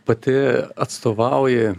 pati atstovauji